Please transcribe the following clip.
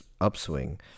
Upswing